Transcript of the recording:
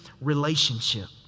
relationship